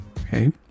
okay